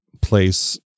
place